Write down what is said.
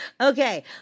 Okay